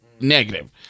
negative